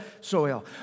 soil